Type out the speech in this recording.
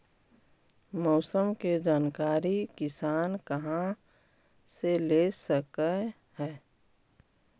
मौसम के जानकारी किसान कहा से ले सकै है?